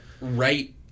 right